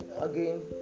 again